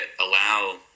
allow